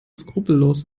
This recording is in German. skrupellos